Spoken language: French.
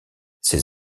ses